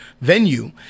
venue